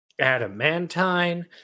Adamantine